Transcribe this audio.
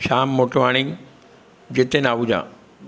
Shyam Motwani Jiten Ahuja